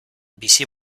bizi